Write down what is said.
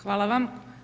Hvala vam.